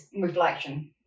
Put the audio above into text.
reflection